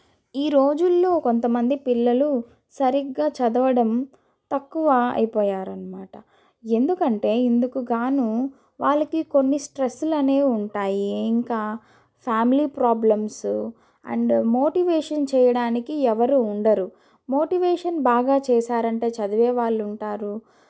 ఈ రోజుల్లో కొంతమంది పిల్లలు సరిగ్గా చదవడం తక్కువ అయిపోయారనమాట ఎందుకంటే ఇందుకు గాను వాళ్ళకి కొన్ని స్ట్రెస్లనేవి ఉంటాయి ఇంకా ఫ్యామిలీ ప్రాబ్లమ్సు అండ్ మోటివేషన్ చేయడానికి ఎవరు ఉండరు మోటివేషన్ బాగా చేశారంటే చదివే వాళ్ళుంటారు